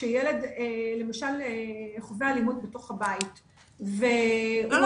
כשילד למשל חווה אלימות בתוך הבית והוא הולך --- לא,